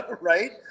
Right